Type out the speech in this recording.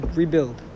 rebuild